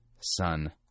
son